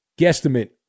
guesstimate